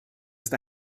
ist